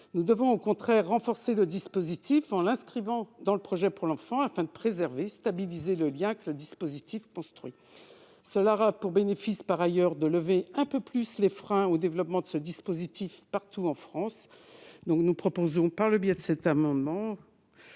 Nous devons, au contraire, renforcer le dispositif en l'inscrivant dans le projet pour l'enfant afin de préserver et de stabiliser le lien que le dispositif construit. Cela aura pour bénéfice, par ailleurs, de lever un peu plus les freins au développement de ce dispositif, partout en France. Par le biais de cet amendement,